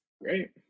Great